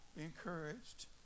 encouraged